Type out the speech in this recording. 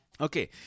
Okay